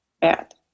bad